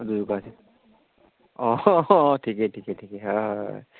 যোগাৰ কৰা হৈছে অঁ অঁ অঁ ঠিকেই ঠিকেই ঠিকেই হয় হয় হয়